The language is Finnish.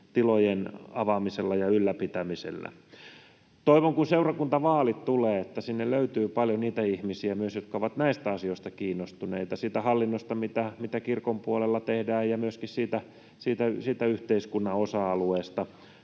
nuorisotilojen avaamisella ja ylläpitämisellä. Toivon, että kun seurakuntavaalit tulevat, niin sinne löytyy paljon myös niitä ihmisiä, jotka ovat näistä asioista kiinnostuneita, siitä hallinnosta, mitä kirkon puolella tehdään, ja myöskin siitä yhteiskunnan osa-alueesta.